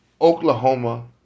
Oklahoma